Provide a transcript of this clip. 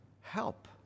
help